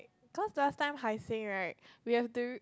cause last time Hai-Sing right we have to